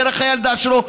דרך הילדה שלו,